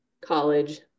college